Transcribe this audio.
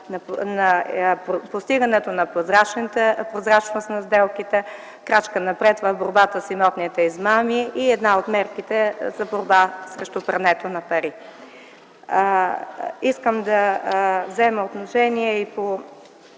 на постигане прозрачност на сделките, крачка напред в борбата с имотните измами и една от мерките за борба срещу прането на пари. Искам да взема отношение и по